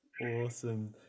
Awesome